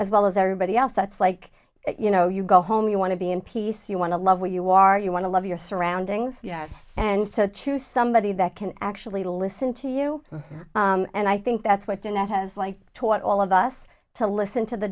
as well as everybody else that's like you know you go home you want to be in peace you want to love where you are you want to love your surroundings you have and so choose somebody that can actually listen to you and i think that's what did that has taught all of us to listen to the